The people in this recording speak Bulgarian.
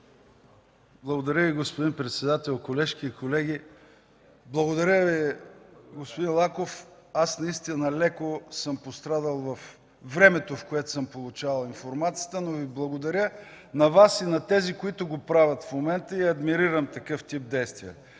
Благодаря Ви, господин председател. Колежки и колеги! Благодаря Ви, господин Лаков. Аз наистина леко съм пострадал във времето, в което съм получавал информацията. Благодаря на Вас и на тези, които го правят в момента. Адмирирам такъв тип действия.